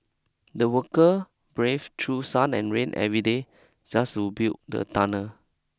the worker brave through sun and rain every day just to build the tunnel